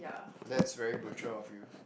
that's very mature of you